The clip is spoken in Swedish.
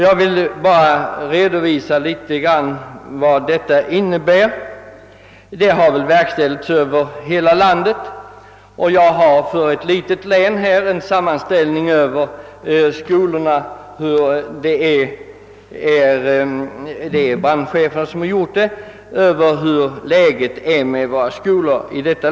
Jag vill här i korthet redovisa vad denna brandsyn inneburit. Sådan brandsyn har verkställts över hela landet men jag har här en sammanställning över läget vid skolorna i ett litet län; det är vederbörande brandchef som har gjort sammanställningen.